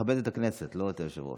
לכבד את הכנסת, לא את היושב-ראש.